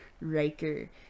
Riker